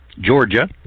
Georgia